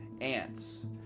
ants